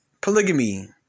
Polygamy